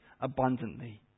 abundantly